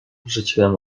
rzuciłem